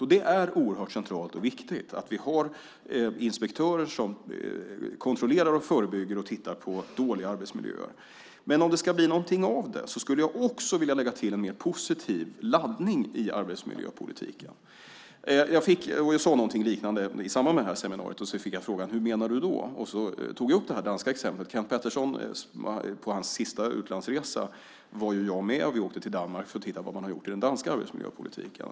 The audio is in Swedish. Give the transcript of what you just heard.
Och det är oerhört centralt och viktigt att vi har inspektörer som kontrollerar, förebygger och tittar på dåliga arbetsmiljöer. Men om det ska bli någonting av det skulle jag också vilja lägga till en mer positiv laddning i arbetsmiljöpolitiken. Jag sade någonting liknande i samband med detta seminarium. Jag fick då frågan: Hur menar du då? Jag tog då upp det danska exemplet. Jag var med på Kenth Petterssons sista utlandsresa. Vi var i Danmark för att se vad man har gjort i den danska arbetsmiljöpolitiken.